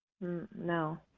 No